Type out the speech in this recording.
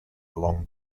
long